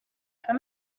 how